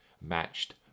matched